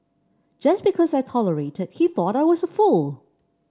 just because I tolerated he thought I was a fool